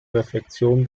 reflexion